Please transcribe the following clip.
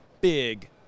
big